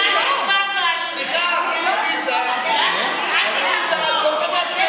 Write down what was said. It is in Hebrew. סליחה, סליחה, רגע,